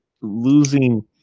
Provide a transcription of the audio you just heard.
losing